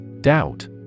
Doubt